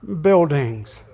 buildings